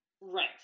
right